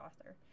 author